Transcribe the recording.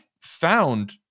found